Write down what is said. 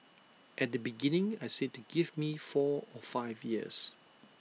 at the beginning I said to give me four or five years